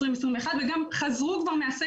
אני רוצה להתייחס לכמה דברים.